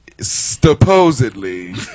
supposedly